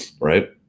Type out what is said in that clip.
Right